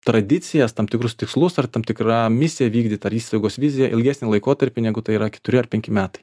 tradicijas tam tikrus tikslus ar tam tikrą misiją vykdyt ar įstaigos vizija ilgesnį laikotarpį negu tai yra keturi ar penki metai